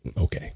okay